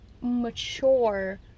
mature